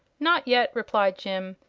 not yet, replied jim.